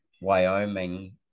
Wyoming